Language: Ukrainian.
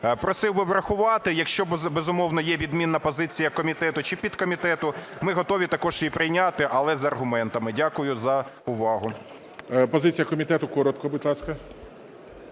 Просив би врахувати. Якщо, безумовно, є відмінна позиція комітету чи підкомітету, ми готові також її прийняти, але з аргументами. Дякую за увагу. ГОЛОВУЮЧИЙ. Позиція комітету коротко, будь ласка.